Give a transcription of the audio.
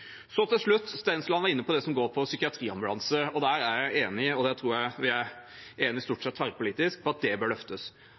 Til slutt: Stensland var inne på det som går på psykiatriambulanse. Der er jeg enig, og jeg tror vi stort sett er enig